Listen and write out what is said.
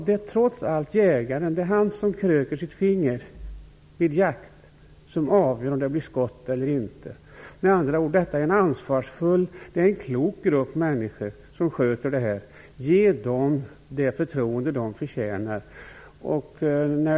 Det är trots allt jägaren som kröker sitt finger vid jakt och som avgör om det blir skott eller inte. Med andra ord är detta en ansvarsfull och klok grupp människor som sköter detta. Ge dessa det förtroende som de förtjänar.